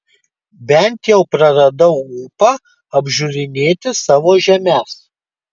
bent jau praradau ūpą apžiūrinėti savo žemes